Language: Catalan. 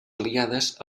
aliades